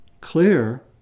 clear